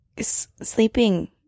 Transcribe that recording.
sleeping